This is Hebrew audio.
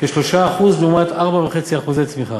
כ-3% לעומת 4.5% צמיחה.